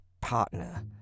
partner